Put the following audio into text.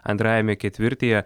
antrajame ketvirtyje